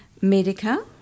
Medica